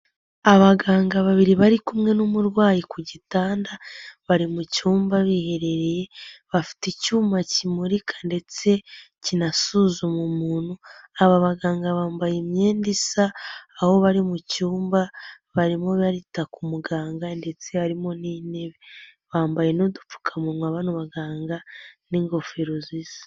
Abaganga babiri bari kumwe n'umurwayi ku gitanda, bari mu cyumba biherereye, bafite icyuma kimurika ndetse kinasuzuma umuntu, aba baganga bambaye imyenda isa, aho bari mu cyumba, barimo barita ku muganga ndetse harimo n'intebe, bambaye n'udupfukamunwa bano baganga n'ingofero zisa.